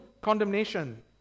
condemnation